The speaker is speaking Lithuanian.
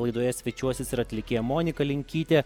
laidoje svečiuosis ir atlikėja monika linkytė